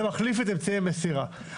זה מחליף את אמצעי המסירה.